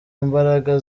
imbaraga